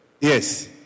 Yes